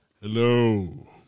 Hello